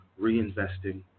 reinvesting